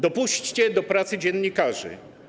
Dopuśćcie do pracy dziennikarzy.